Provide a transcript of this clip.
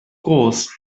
groß